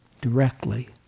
directly